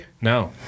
No